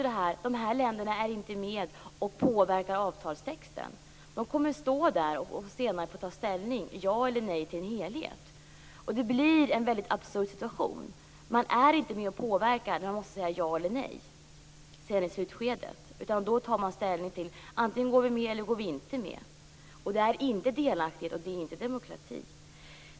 De här länderna är inte med och påverkar avtalstexten. De kommer senare att få ta ställning, att säga ja eller nej till en helhet. Det blir en väldigt absurd situation. De är inte med och påverkar men måste i slutskedet säga ja eller nej. Då tar man ställning till att antingen gå med eller inte gå med. Det är inte delaktighet, och det är inte demokrati.